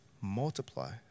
multiply